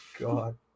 god